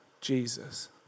Jesus